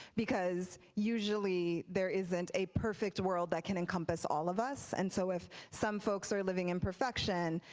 because usually there isn't a perfect world that can encompass all of us and so if some folks are living in perfection,